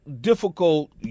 difficult